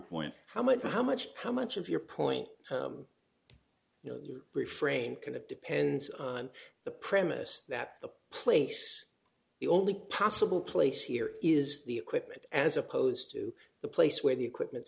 point how much how much how much of your point you know your refrain kind of depends on the premise that the place the only possible place here is the equipment as opposed to the place where the equipment